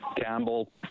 Campbell